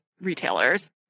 retailers